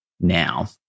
now